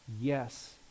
yes